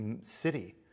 city